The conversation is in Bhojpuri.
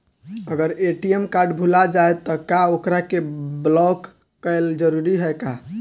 अगर ए.टी.एम कार्ड भूला जाए त का ओकरा के बलौक कैल जरूरी है का?